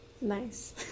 nice